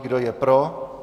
Kdo je pro?